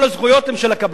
כל הזכויות הן של הקבלן.